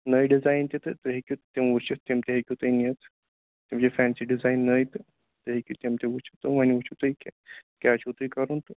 نٔے ڈِزایِن تہِ تہٕ تُہۍ ہیٚکِو تِم وٕچھِتھ تِم تہِ ہیٚکِو تُہۍ نِتھ تِم چھِ فٮ۪نسی ڈِزایِن نٔے تہٕ تُہۍ ہیٚکِو تِم تہِ وٕچھِتھ تہٕ وۄنۍ وٕچھُو تُہۍ کہِ کیٛاہ چھُو تۄہہِ کَرُن تہٕ